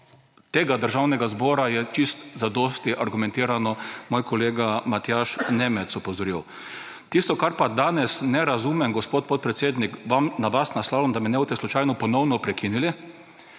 tega državnega zbora je čisto zadosti argumentirano moj kolega Matjaž Nemec opozoril. Tisto, česar pa danes ne razumem, gospod podpredsednik, na vas naslavljam, da me ne boste slučajno ponovno prekinili,